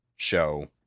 show